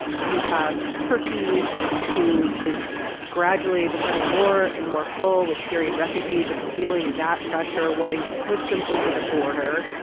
you have turkey who is gradually becoming more and more full with syrian refugees and feeling that pressure wanting to push them over the border.